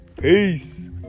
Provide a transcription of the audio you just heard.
Peace